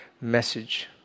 message